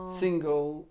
single